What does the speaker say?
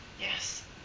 Yes